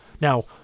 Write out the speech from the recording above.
Now